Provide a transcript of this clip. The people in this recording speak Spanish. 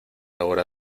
hora